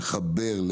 לחבר,